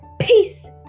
peace